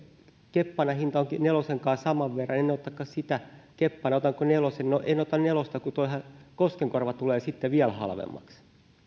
keppanan hinta onkin nelosen kanssa saman verran en otakaan sitä keppanaa otanko nelosen no en ota nelosta kun tuohan koskenkorva tulee sitten vielä halvemmaksi